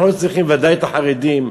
אנחנו לא צריכים ודאי את החרדים.